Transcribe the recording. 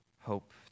hope